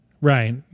Right